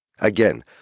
Again